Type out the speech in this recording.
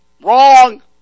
Wrong